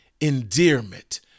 endearment